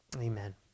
Amen